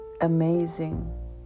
amazing